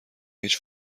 هیچ